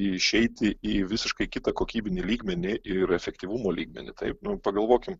išeiti į visiškai kitą kokybinį lygmenį ir efektyvumo lygmenį taip nu pagalvokim